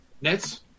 Nets